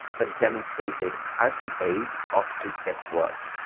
that demonstrated, as we age, our sleep gets worse.